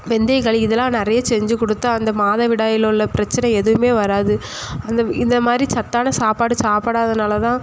வெந்தயக்களி இதெல்லாம் நிறைய செஞ்சு கொடுத்தா அந்த மாதவிடாய்யில உள்ள பிரச்சனை எதுவுமே வராது அந்த இந்தமாதிரி சத்தான சாப்பாடு சாப்பிடாததுனால தான்